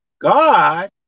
God